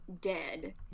dead